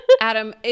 Adam